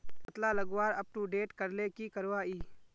कतला लगवार अपटूडेट करले की करवा ई?